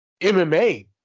MMA